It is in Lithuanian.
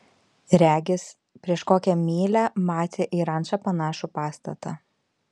regis prieš kokią mylią matė į rančą panašų pastatą